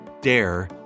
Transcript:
dare